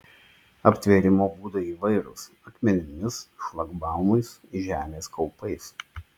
aptvėrimo būdai įvairūs akmenimis šlagbaumais žemės kaupais